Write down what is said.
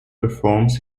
performs